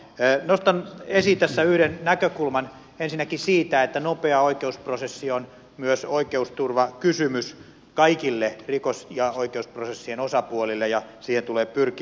nostan esiin tässä yhden näkökulman ensinnäkin siitä että nopea oikeusprosessi on myös oikeusturvakysymys kaikille rikos ja oikeusprosessien osapuolille ja siihen tulee pyrkiä